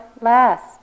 last